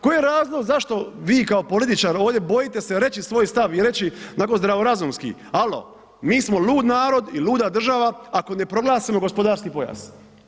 Koji je razlog zašto vi kao političar ovdje bojite se reći svoj stav i reći onako zdravorazumski, alo mi smo lud narod i luda država ako ne proglasimo gospodarski pojas.